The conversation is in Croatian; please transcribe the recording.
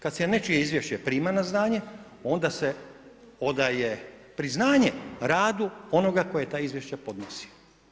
Kada se nečije izvješće prima na znanje onda se odaje priznanje radu onoga koji je ta izvješća podnosio.